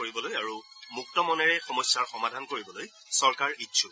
কৰিবলৈ আৰু মুক্ত মনেৰে সমস্যাৰ সমাধান কৰিবলৈ চৰকাৰ ইচ্ছুক